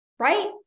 Right